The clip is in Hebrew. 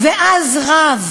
ואז רב